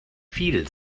viel